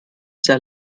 sehr